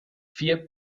vier